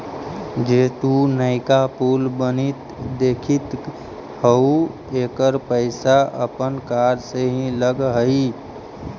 जे तु नयका पुल बनित देखित हहूँ एकर पईसा अपन कर से ही लग हई